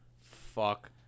Fuck